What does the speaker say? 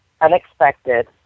unexpected